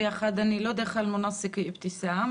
אני לא אלמונסק אבתיסאם,